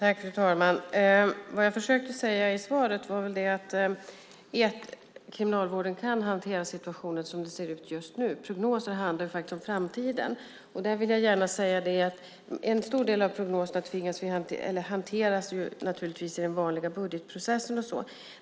Fru talman! Vad jag försökte säga i svaret är att Kriminalvården kan hantera situationen som det ser ut just nu. Prognosen handlar faktiskt om framtiden. En stor del av prognoserna hanteras naturligtvis i den vanliga budgetprocessen.